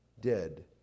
dead